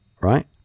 right